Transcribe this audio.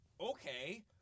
Okay